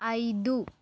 ఐదు